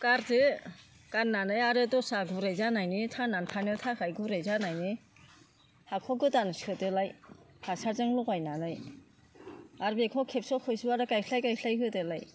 गारदो गारनानै आरो दस्रा गुरै जानायनि थांनानै थानो थाखाय गुरै जानायनि हाखौ गोदान सोदोलाय हासारजों लगायनानै आरो बेखौ खेबस' खेबस' आरो गायस्लाय गायस्लाय होदोलाय